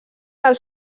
del